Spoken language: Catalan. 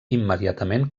immediatament